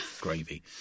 gravy